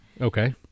Okay